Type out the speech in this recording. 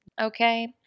Okay